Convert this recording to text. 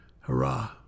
hurrah